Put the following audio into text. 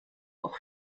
auch